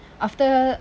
after